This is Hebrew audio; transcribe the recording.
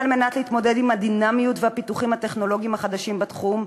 ועל מנת להתמודד עם הדינמיות והפיתוחים הטכנולוגיים החדשים בתחום,